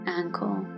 ankle